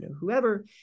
whoever